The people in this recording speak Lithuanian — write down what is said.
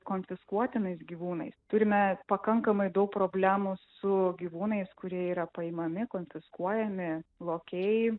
konfiskuotomis gyvūnais turime pakankamai daug problemų su gyvūnais kurie yra paimami konfiskuojami lokiai